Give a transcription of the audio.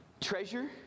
treasure